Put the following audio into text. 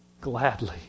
gladly